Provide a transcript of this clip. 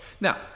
Now